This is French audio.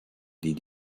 des